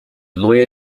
lawyer